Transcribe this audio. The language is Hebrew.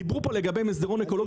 דיברו פה לגבי מסדרון אקולוגי.